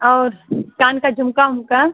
और कान का झुमका उमका